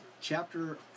chapter